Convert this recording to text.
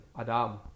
Adam